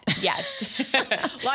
yes